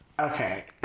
Okay